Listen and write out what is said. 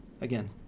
Again